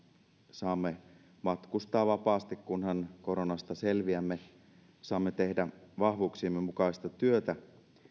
saamme matkustaa vapaasti kunhan koronasta selviämme saamme tehdä vahvuuksiemme mukaista työtä